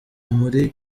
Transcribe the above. muri